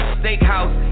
steakhouse